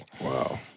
Wow